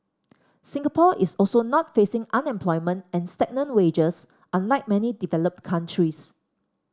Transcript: Singapore is also not facing unemployment and stagnant wages unlike many developed countries